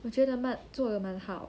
我觉得 mutt 做得蛮好